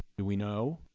do we know?